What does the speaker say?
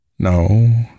No